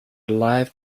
live